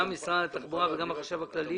גם משרד התחבורה וגם החשב הכללי.